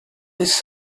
his